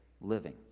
living